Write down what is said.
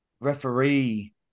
referee